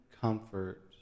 comfort